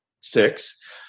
six